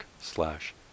slash